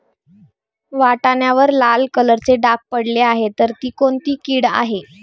वाटाण्यावर लाल कलरचे डाग पडले आहे तर ती कोणती कीड आहे?